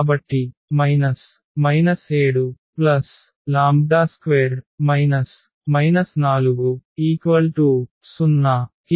కాబట్టి 7λλ² 40 కి సమానం